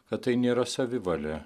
kad tai nėra savivalė